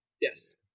Yes